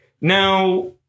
Now